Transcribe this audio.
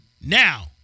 Now